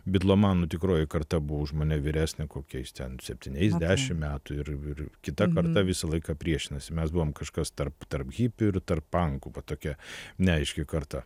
bitlomanų tikroji karta buvo už mane vyresnė kokiais ten septyniais dešimt metų irir kita karta visą laiką priešinasi mes buvom kažkas tarptarp hipių ir tarp pankų bet tokia neaiški karta